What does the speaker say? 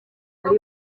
bwo